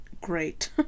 great